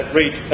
read